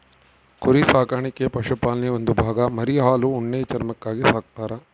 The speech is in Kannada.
ಕುರಿ ಸಾಕಾಣಿಕೆ ಪಶುಪಾಲನೆಯ ಒಂದು ಭಾಗ ಮರಿ ಹಾಲು ಉಣ್ಣೆ ಚರ್ಮಕ್ಕಾಗಿ ಸಾಕ್ತರ